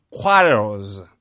quarrels